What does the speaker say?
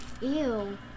Ew